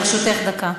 לרשותך דקה.